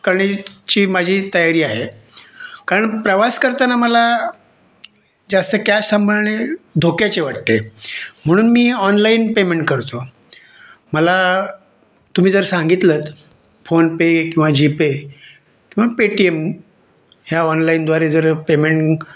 करण्याची माझी तयारी आहे कारण प्रवास करताना मला जास्त कॅश सांभाळणे धोक्याचे वाटते म्हणून मी ऑनलाईन पेमेंट करतो मला तुम्ही जर सांगितलंत फोनपे किंवा जीपे किंवा पेटीएम ह्या ऑनलाइनद्वारे जर पेमेंट